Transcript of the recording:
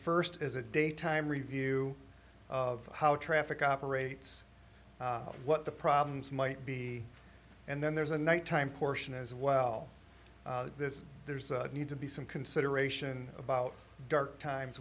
first as a daytime review of how traffic operates what the problems might be and then there's a nighttime portion as well there's need to be some consideration about dark times